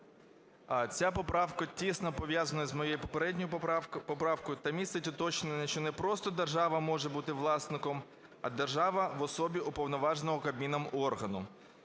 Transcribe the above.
Ця поправка тісно пов'язана з моєю попередньою поправкою та містить уточнення, що не просто держава може бути власником, а держава в особі уповноваженого Кабміном органу.